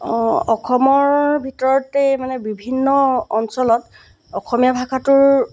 অঁ অসমৰ ভিতৰতেই মানে বিভিন্ন অঞ্চলত অসমীয়া ভাষাটোৰ